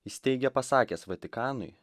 jis teigia pasakęs vatikanui